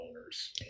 owners